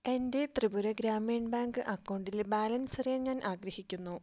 എൻ്റെ ത്രിപുര ഗ്രാമീൺ ബാങ്ക് അക്കൗണ്ടിലെ ബാലൻസ് അറിയാൻ ഞാൻ ആഗ്രഹിക്കുന്നു